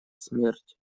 смерть